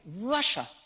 Russia